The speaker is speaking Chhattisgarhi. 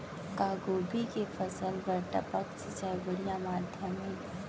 का गोभी के फसल बर टपक सिंचाई बढ़िया माधयम हे?